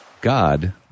God